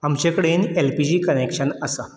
आमचे कडेन LPG connection आसा